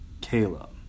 Caleb